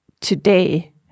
Today